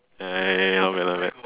ya ya ya not bad not bad